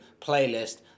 playlist